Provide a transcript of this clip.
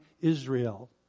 Israel